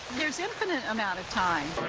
there's infinite amount of time.